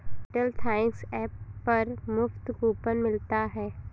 Airtel thanks app पर मुफ्त coupon मिलता है